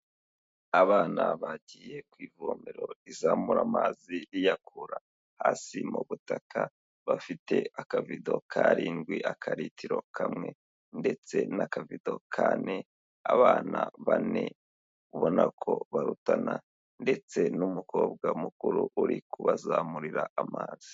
Abana bagiye ku ivomero rizamura amazi riyakura hasi mu butaka, bafite akabido k'akarindwi, akaritiro kamwe. Ndetse n'akabito k'ane, abana bane ubona ko barutana ndetse n'umukobwa mukuru uri kubazamurira amazi.